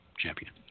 champion